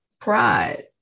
pride